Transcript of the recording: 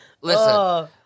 Listen